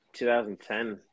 2010